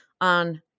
on